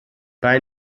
bei